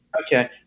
Okay